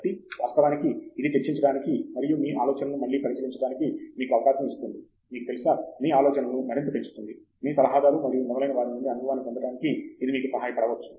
కాబట్టి వాస్తవానికి ఇది చర్చించడానికి మరియు మీ ఆలోచనలను మళ్ళీ పరిశీలించడానికి మీకు అవకాశం ఇస్తుంది మీకు తెలుసా మీ ఆలోచనలను మరింత పెంచుతుంది మీ సలహాదారు మరియు మొదలైనవారి నుండి అనుభవాన్ని పొందడానికి ఇది మీకు సహాయపడవచ్చు